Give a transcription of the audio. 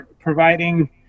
providing